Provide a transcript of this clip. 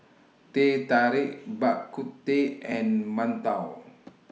Teh Tarik Bak Kut Teh and mantou